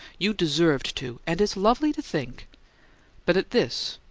you deserved to, and it's lovely to think but at this,